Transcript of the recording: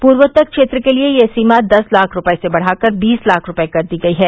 पूर्वोत्तर क्षेत्र के लिए यह सीमा दस लाख रूपये से बढ़ाकर बीस लाख रुपये कर दी गई है